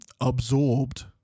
absorbed